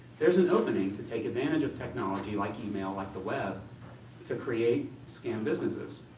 there's an opening to take advantage of technology like email, like the web to create scam businesses.